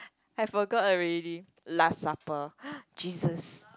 I forgot already last supper Jesus